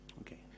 Okay